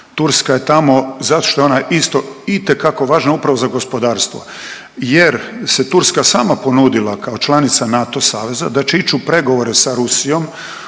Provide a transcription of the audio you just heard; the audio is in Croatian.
Turska je tamo zato što je ona isto itekako važna upravo za gospodarstvo jer se Turska sama ponudila kao članica NATO saveza da će ići u pregovore sa Rusijom